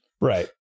right